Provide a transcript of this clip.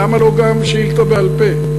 למה לא גם שאילתה בעל-פה,